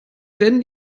denn